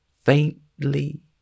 faintly